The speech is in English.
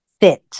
fit